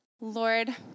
Lord